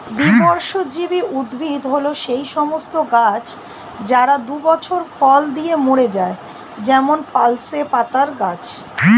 দ্বিবর্ষজীবী উদ্ভিদ হল সেই সমস্ত গাছ যারা দুই বছর ফল দিয়ে মরে যায় যেমন পার্সলে পাতার গাছ